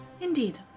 Indeed